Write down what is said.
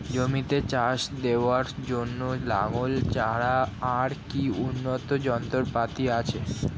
জমিতে চাষ দেওয়ার জন্য লাঙ্গল ছাড়া আর কি উন্নত যন্ত্রপাতি আছে?